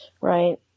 right